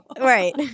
Right